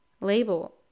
label